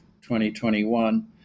2021